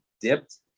dipped